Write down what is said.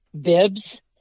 bibs